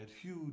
huge